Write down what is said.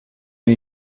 new